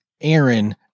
aaron